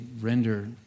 render